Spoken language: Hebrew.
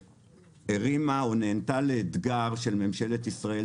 שהרימה או נענתה לאתגר של ממשלת ישראל,